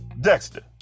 Dexter